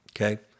Okay